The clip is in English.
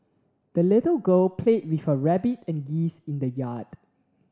the little girl played with her rabbit and geese in the yard